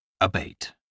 Abate